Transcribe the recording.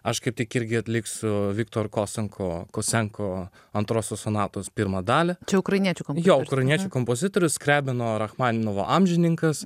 aš kaip tik irgi atliksiu su viktor kosenko kosenko antrosios sonatos pirmą dalį čia ukrainiečių kam jo ukrainiečių kompozitorius skriabino rachmaninovo amžininkas